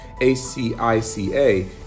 ACICA